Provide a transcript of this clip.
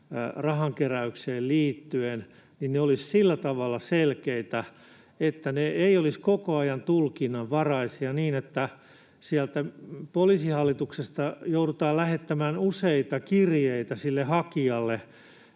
rahankeräykseen liittyen, olisivat sillä tavalla selkeitä, että ne eivät olisi koko ajan tulkinnanvaraisia niin, että sieltä Poliisihallituksesta joudutaan lähettämään useita kirjeitä sille hakijalle,